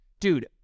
Dude